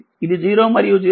ఇది 0మరియు0